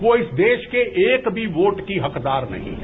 वो इस देश के एक भी वोट की हकदार नहीं है